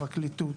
הפרקליטות,